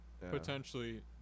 potentially